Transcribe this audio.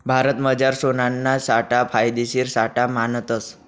भारतमझार सोनाना साठा फायदेशीर साठा मानतस